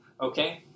Okay